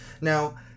Now